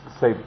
say